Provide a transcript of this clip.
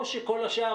או שכל השאר